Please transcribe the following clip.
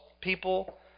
people